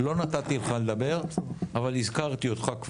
לא נתתי לך לדבר אבל הזכרתי אותך.